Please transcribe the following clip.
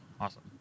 Awesome